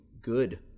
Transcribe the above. good